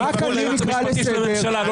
רק אני נקרא לסדר.